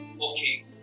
Okay